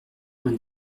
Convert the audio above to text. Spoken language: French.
vingt